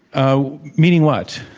ah meaning what?